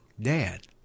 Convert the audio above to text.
Dad